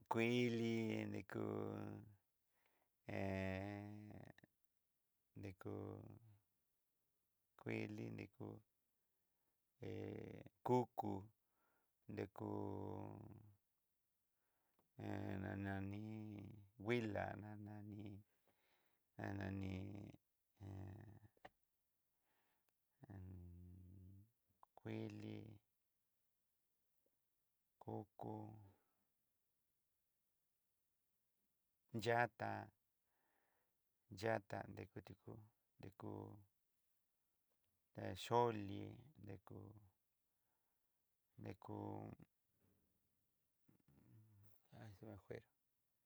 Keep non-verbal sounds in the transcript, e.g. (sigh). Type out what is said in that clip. Kuili, nriko (hesitation) nriko kuili nriko (hesitation) kuku nrekó hé na nani wuila nani (hesitation) ni (hesitation) en (hesitation) kuili, koko, nyatá, nyatá deku tikú ndekú he xholi dekú deku ya se me fue.